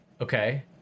Okay